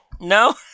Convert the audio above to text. No